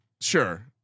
Sure